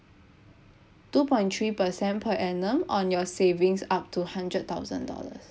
two point three percent per annum on your savings up to hundred thousand dollars